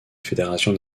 fédérations